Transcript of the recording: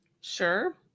Sure